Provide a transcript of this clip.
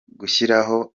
gushyiraho